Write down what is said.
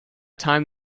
time